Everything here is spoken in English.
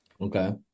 Okay